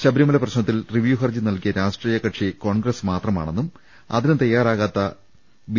ശബരിമല പ്രശ്നത്തിൽ റിവ്യൂ ഹർജി നൽകിയ രാഷ്ട്രീയ കക്ഷി കോൺഗ്രസ് മാത്രമാണെന്നും അതിന് തയ്യാറാവാത്ത ബി